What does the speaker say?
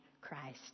Christ